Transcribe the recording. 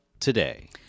Today